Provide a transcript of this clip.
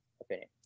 opinion